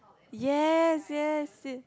yes yes yes